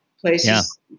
places